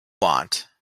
want